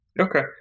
Okay